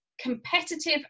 competitive